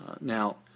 Now